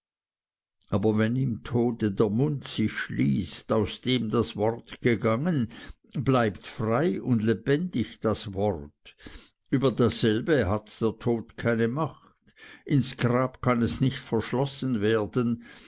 aber wenn im tode der mund sich schließt aus dem das wort gegangen bleibt frei und lebendig das wort über dasselbe hat der tod keine macht ins grab kann es nicht verschlossen werden